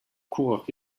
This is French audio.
coureur